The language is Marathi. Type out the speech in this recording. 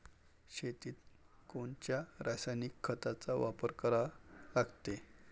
शेतीत कोनच्या रासायनिक खताचा वापर करा लागते?